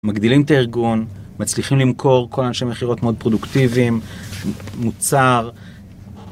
מגדילים את הארגון, מצליחים למכור. כל אנשי המכירות מאוד פרודוקטיביים, מוצר